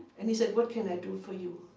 and he said, what can i do for you?